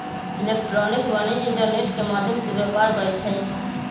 electronic वाणिज्य internet के माध्यम से व्यापार करइ छै